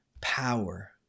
power